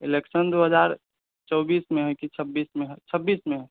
election दू हजार चौबीस मे होइ की छब्बीस मे छब्बीस मे